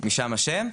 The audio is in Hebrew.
משם השם,